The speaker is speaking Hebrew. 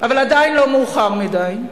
אבל עדיין לא מאוחר מדי.